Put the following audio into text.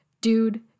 Dude